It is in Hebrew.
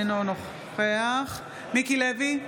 אינו נוכח מיקי לוי,